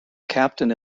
captain